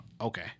Okay